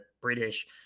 british